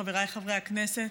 חבריי חברי הכנסת,